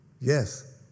yes